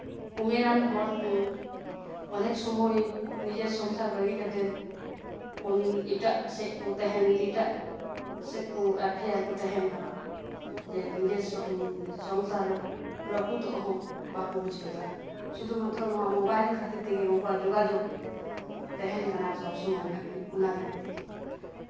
ᱩᱢᱮᱨᱟᱱ ᱦᱚᱲ ᱦᱚᱸ ᱚᱱᱮᱠ ᱥᱚᱢᱚᱭ ᱱᱤᱡᱮᱨ ᱥᱚᱝᱥᱟᱨ ᱵᱟᱹᱜᱤ ᱠᱟᱛᱮᱱ ᱚᱱᱮ ᱮᱴᱟᱜ ᱥᱮᱫ ᱠᱚ ᱛᱟᱸᱦᱮᱱ ᱮᱴᱟᱜ ᱥᱮᱫ ᱠᱚ ᱮᱯᱷᱮᱭᱟᱨ ᱠᱚ ᱛᱟᱸᱦᱮᱱ ᱠᱟᱱᱟ ᱡᱮ ᱱᱤᱥᱚᱥᱥᱚ ᱥᱚᱝᱥᱟᱨ ᱨᱟᱹᱯᱩᱫᱚᱜ ᱦᱚᱸ ᱵᱟᱠᱚ ᱵᱩᱡᱷᱟᱹᱣ ᱫᱟ ᱥᱩᱫᱷᱩ ᱢᱟᱛᱨᱚ ᱱᱚᱣᱟ ᱢᱳᱵᱟᱭᱤᱞ ᱠᱷᱟᱹᱛᱤᱨ ᱛᱮᱜᱮ ᱩᱱᱠᱩᱣᱟᱜ ᱡᱳᱜᱟᱡᱳᱜᱽ ᱛᱟᱸᱦᱮᱱ ᱠᱟᱱᱟ ᱥᱚᱵᱽ ᱥᱚᱢᱚᱭ ᱵᱷᱟᱹᱜᱤ ᱚᱱᱟ ᱞᱟᱹᱜᱤᱫ ᱛᱮᱜᱮ